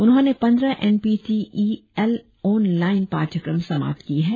उन्होंने पंद्रह N P T E L online पाठ्यक्रम समाप्त की है